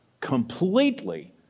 completely